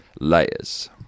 Layers